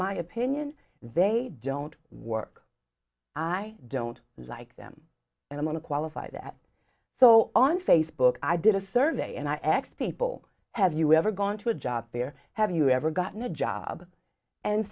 my opinion they don't work i don't like them and i want to qualify that so on facebook i did a survey and i x people have you ever gone to a job fair have you ever gotten a job and